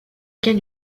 gagne